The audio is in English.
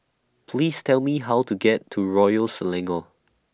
Please Tell Me How to get to Royal Selangor